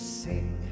sing